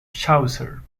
chaucer